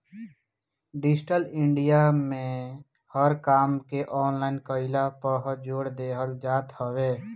digital India में हर काम के ऑनलाइन कईला पअ जोर देहल जात हवे